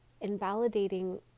invalidating